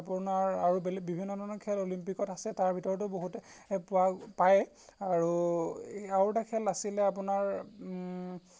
আপোনাৰ আৰু বেলেগ বিভিন্ন ধৰণৰ খেল অলিম্পিকত আছে তাৰ ভিতৰতো বহুতে পোৱা পায়েই আৰু আৰু এই আৰু এটা খেল আছিলে আপোনাৰ